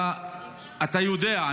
אתה יודע,